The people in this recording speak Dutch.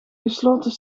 gesloten